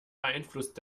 beeinflusst